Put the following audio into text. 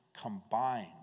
combined